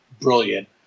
brilliant